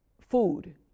food